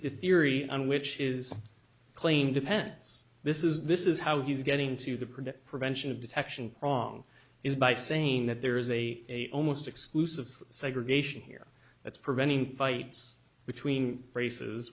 the theory on which is a claim depends this is this is how he's getting to the predict prevention of detection wrong is by saying that there is a almost exclusive segregation here that's preventing fights between races